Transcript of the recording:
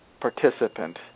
participant